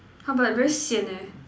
!huh! but very sian eh